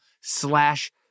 slash